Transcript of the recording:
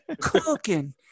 cooking